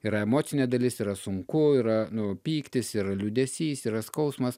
yra emocinė dalis yra sunku yra nu pyktis yra liūdesys yra skausmas